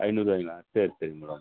ஐந்நூறுபாய்ங்களா சரி சரி மேடம்